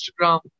Instagram